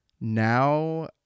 now